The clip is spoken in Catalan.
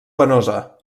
penosa